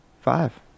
five